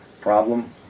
problem